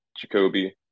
jacoby